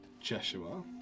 Jeshua